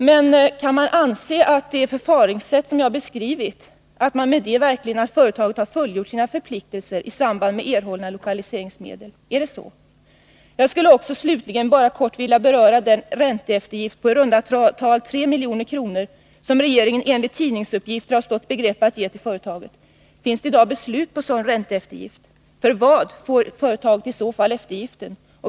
Men kan man anse att företaget, med ett sådant handlingssätt som jag har beskrivit, verkligen har fullgjort sina förpliktelser i samband med erhållna Jag skulle slutligen också kort vilja beröra den ränteeftergift på i runda tal 3 milj.kr. som regeringen enligt tidningsuppgifter har stått i begrepp att ge till företaget. Finns det i dag beslut om en sådan ränteeftergift? För vad får i så fall företaget eftergiften?